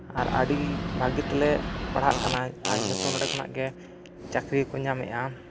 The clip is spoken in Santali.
ᱟᱨ ᱟᱹᱰᱤ ᱵᱷᱟᱹᱜᱮ ᱛᱮᱞᱮ ᱯᱟᱲᱦᱟᱜ ᱠᱟᱱᱟ ᱟᱨ ᱡᱚᱛᱚ ᱱᱚᱰᱮ ᱠᱷᱚᱱᱟᱜᱮ ᱪᱟᱹᱠᱨᱤ ᱦᱚᱸᱠᱚ ᱧᱟᱢᱮᱫᱼᱟ